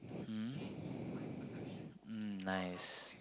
hmm mm nice